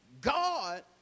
God